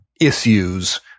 issues